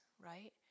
Right